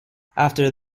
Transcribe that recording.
after